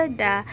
da